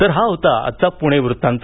तर हा होता आजचा पुणे वृत्तांत